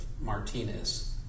martinez